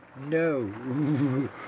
No